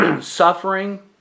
suffering